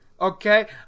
okay